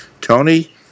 Tony